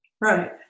Right